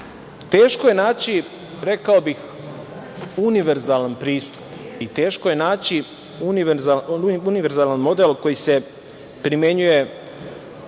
teško je naći, rekao bih, univerzalan pristup i teško je naći univerzalan model koji se primenjuje